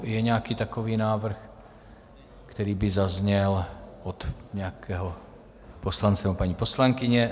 Je nějaký takový návrh, který by zazněl od nějakého poslance nebo paní poslankyně?